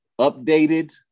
updated